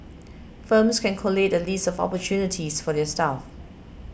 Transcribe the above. firms can collate a list of opportunities for their staff